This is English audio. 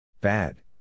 Bad